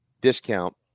discount